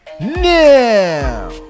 now